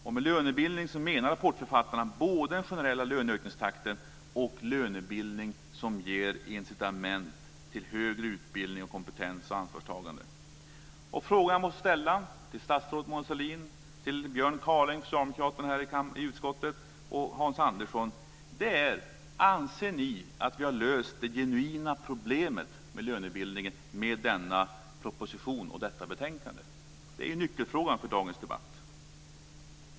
Och med lönebildning menar rapportförfattarna både den generella löneökningstakten och lönebildning som ger incitament till högre utbildning och kompetens och ansvarstagande. Frågan jag måste ställa till statsrådet Mona Sahlin, socialdemokraten Björn Kaaling i utskottet och Hans Andersson är: Anser ni att vi har löst det "genuina problemet" med lönebildningen med denna proposition och detta betänkande? Det är nyckelfrågan för dagens debatt.